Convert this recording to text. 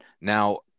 now